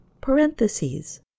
parentheses